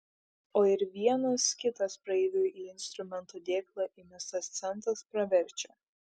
o ir vienas kitas praeivių į instrumento dėklą įmestas centas praverčia